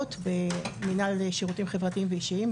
משפחות במינהל שירותים חברתיים ואישיים,